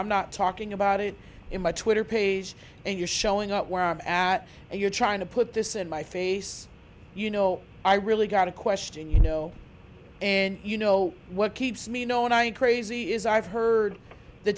i'm not talking about it in my twitter page and you're showing up where i'm at and you're trying to put this in my face you know i really got a question you know and you know what keeps me know when i'm crazy is i've heard the